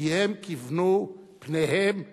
כי הם כיוונו פניהם לירושלים.